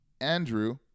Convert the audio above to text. Andrew